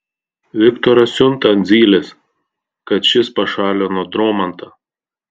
viktoras siunta ant zylės kad šis pašalino dromantą